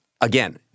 again